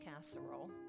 casserole